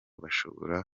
bashobora